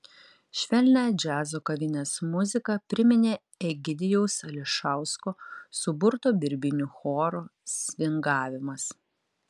švelnią džiazo kavinės muziką priminė egidijaus ališausko suburto birbynių choro svingavimas